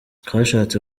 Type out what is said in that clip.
twashatse